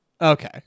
Okay